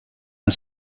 and